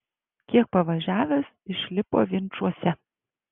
kiek pavažiavęs išlipo vinčuose